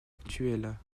actuelle